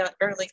early